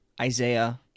Isaiah